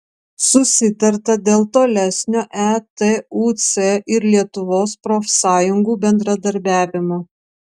susitarta dėl tolesnio etuc ir lietuvos profsąjungų bendradarbiavimo